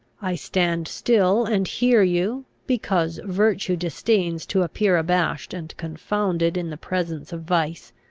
i stand still and hear you because virtue disdains to appear abashed and confounded in the presence of vice.